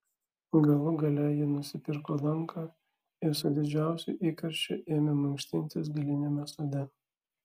galų gale ji nusipirko lanką ir su didžiausiu įkarščiu ėmė mankštintis galiniame sode